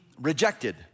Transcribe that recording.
rejected